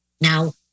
Now